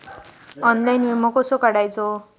Online विमो कसो काढायचो?